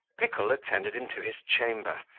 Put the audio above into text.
pickle attended him to his chamber,